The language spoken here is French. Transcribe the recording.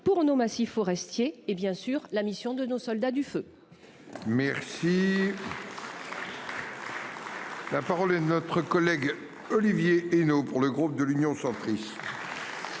pour nos massifs forestiers et bien sûr la mission de nos soldats du feu. Merci. La parole est notre collègue Olivier et nos pour le groupe de l'Union centriste.